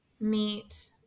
meet